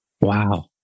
Wow